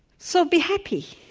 so be happy.